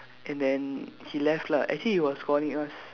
and then he left lah actually he was calling us